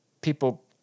people